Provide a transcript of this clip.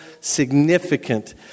significant